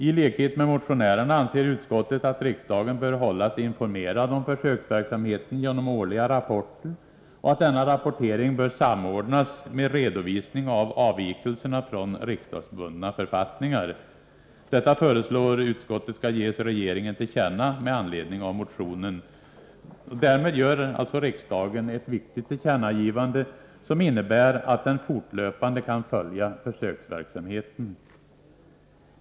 I likhet med motionärerna anser utskottet att riksdagen bör hållas informerad om försöksverksamheten genom årliga rapporter och att denna rapportering bör samordnas med redovisning av avvikelserna från riksdagsbundna författningar. Detta föreslår utskottet skall ges regeringen till känna med anledning av motionen. Därmed gör riksdagen ett viktigt tillkännagivande, som innebär att den fortlöpande kan följa försöksverksamheten.